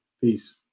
Peace